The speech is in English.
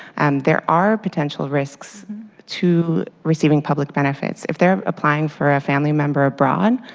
there are potential risks to receiving public benefits. if they're applying for a family member abroad,